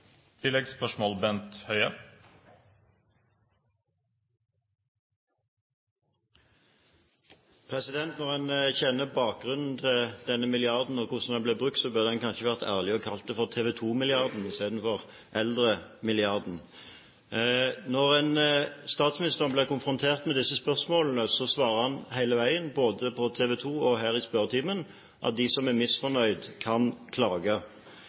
Bent Høie – til oppfølgingsspørsmål. Når en kjenner bakgrunnen for denne milliarden og hvordan den blir brukt, så burde en kanskje vært ærlig og kalt den for TV 2-milliarden i stedet for eldremilliarden. Når statsministeren blir konfrontert med disse spørsmålene, så svarer han hele veien – både på TV 2 og her i spørretimen – at de som er misfornøyd, kan klage.